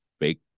fake